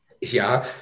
Ja